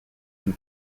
une